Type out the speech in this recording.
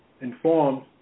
informed